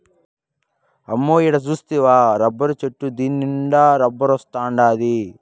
అమ్మో ఈడ సూస్తివా రబ్బరు చెట్టు దీన్నుండే రబ్బరొస్తాండాది